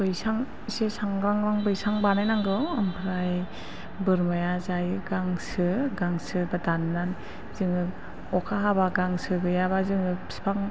बैसां एसे सांग्रांग्रां बैसां बानाय नांगौ आमफ्राय बोरमाया जायो गांसो गांसोबो दाननानै जोङो अखा हाब्ला गांसो गैयाब्ला जोङो बिफां